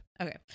Okay